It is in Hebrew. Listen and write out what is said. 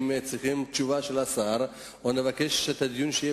אם הם צריכים תשובה של השר או שנבקש שהדיון יהיה,